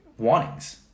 wantings